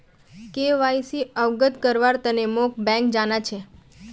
KYC अवगत करव्वार तने मोक बैंक जाना छ